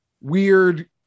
weird